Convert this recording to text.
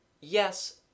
Yes